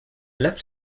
left